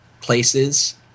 Places